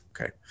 okay